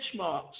benchmarks